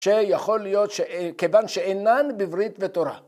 ‫שיכול להיות, כיוון שאינן, ‫בברית ותורה.